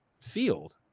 field